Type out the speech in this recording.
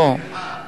בואו,